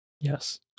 Yes